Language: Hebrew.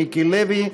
מיקי לוי,